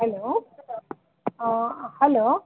hello hello